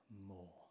more